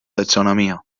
taxonomia